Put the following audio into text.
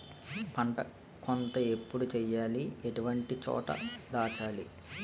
పంట కోత ఎప్పుడు చేయాలి? ఎటువంటి చోట దాచాలి?